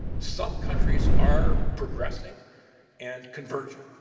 some countries are progressing and converging.